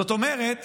זאת אומרת